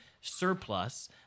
surplus